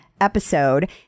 Episode